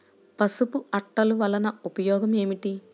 పసుపు అట్టలు వలన ఉపయోగం ఏమిటి?